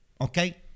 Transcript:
Okay